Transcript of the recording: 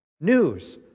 News